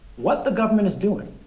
what the government is doing